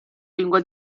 lingua